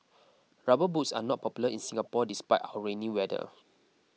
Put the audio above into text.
rubber boots are not popular in Singapore despite our rainy weather